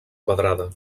quadrada